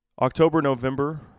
October-November